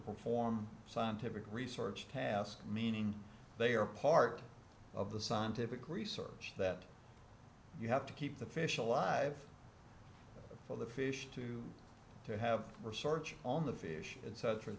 perform scientific research task meaning they are part of the scientific research that you have to keep the fish alive for the fish to have research on the fish and such and